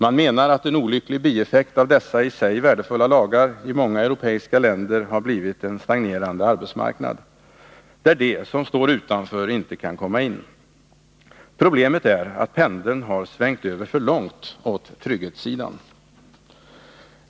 Man menar att en olycklig bieffekt av dessa i sig värdefulla lagar i många europeiska länder har blivit en stagnerande arbetsmarknad, där de som står utanför inte kan komma in. Problemet är att pendeln har svängt över för långt åt trygghetssidan.